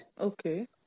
Okay